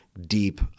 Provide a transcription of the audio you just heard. deep